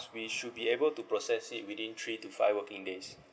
we should be able to process it within three to five working days